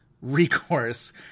recourse